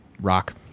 rock